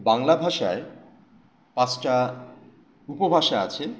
বাংলা ভাষায় পাঁচটা উপভাষা আছে